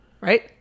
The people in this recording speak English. right